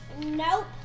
Nope